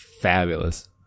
fabulous